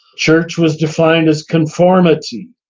church was defined as conformity.